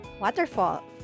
waterfall